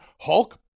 Hulk